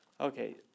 okay